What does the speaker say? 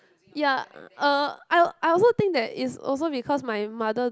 ya uh I I also think that it's also because my mother